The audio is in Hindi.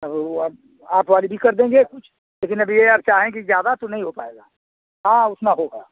अब वो आप आप वाली भी कर देंगे कुछ लेकिन अब ये आप चाहें कि ज्यादा तो नहीं हो पाएगा हाँ उतना होगा